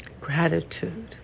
gratitude